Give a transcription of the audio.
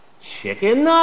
Chicken